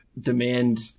demand